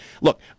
look